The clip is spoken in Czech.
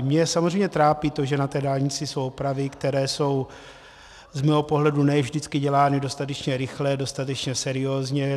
Mě samozřejmě trápí to, že na dálnici jsou opravy, které jsou z mého pohledu ne vždycky dělány dostatečně rychle, dostatečně seriózně.